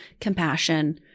compassion